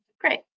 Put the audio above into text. Great